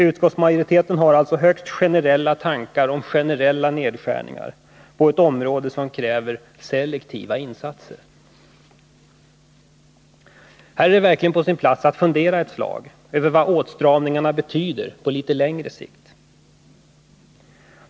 Utskottsmajoriteten har alltså högst generella tankar om generella nedskärningar på ett område som kräver selektiva insatser. Här är det verkligen på sin plats att fundera ett slag över vad åtstramningarna betyder på litet längre sikt.